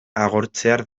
agortzear